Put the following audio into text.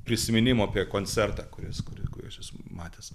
prisiminimų apie koncertą kuris kuriuos esu matęs